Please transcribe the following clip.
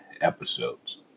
episodes